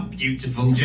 beautiful